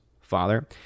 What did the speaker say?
Father